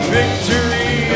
victory